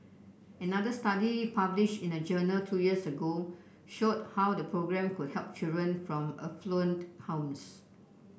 another study published in a journal two years ago showed how the programme could help children from affluent homes